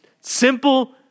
simple